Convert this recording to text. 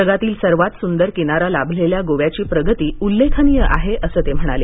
जगातील सर्वात सुंदर किनारा लाभलेल्या गोव्याची प्रगती उल्लेखनीय आहे असं ते म्हणाले